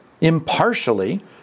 impartially